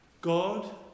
God